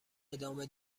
ادامه